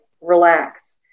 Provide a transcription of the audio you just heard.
relax